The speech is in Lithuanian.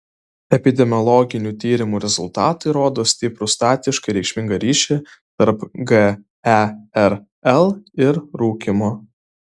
epidemiologinių tyrimų rezultatai rodo stiprų statistiškai reikšmingą ryšį tarp gerl ir rūkymo